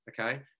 okay